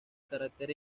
carácter